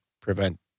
prevent